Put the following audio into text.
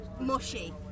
Mushy